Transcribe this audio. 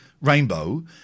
rainbow